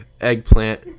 eggplant